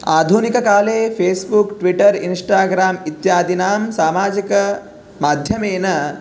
आधुनिककाले Facebook Twitter Instagram इत्यादिनां सामाजिकमाध्यमेन